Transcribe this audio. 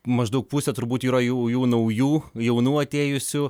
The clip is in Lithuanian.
maždaug pusė turbūt yra jų jų naujų jaunų atėjusių